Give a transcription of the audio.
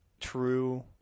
true